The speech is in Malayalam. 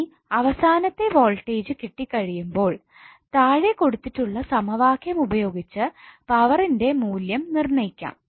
ഇനി അവസാനത്തെ വോൾട്ടേജ് കിട്ടിക്കഴിയുമ്പോൾ താഴെ കൊടുത്തിട്ടുള്ള സമവാക്യം ഉപയോഗിച്ച് പവർന്റെ മൂല്യം നിർണയിക്കാം